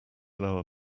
lower